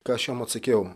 ką aš jam atsakiau